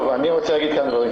אני רוצה להגיד כמה דברים.